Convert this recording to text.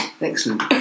Excellent